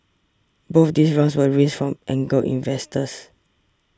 both these rounds were raised from angel investors